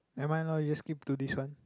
never mind lor you just skip to this one